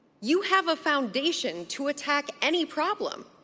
you have a foundation to attack any problem.